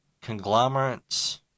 conglomerates